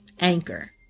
Anchor